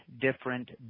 different